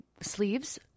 sleeves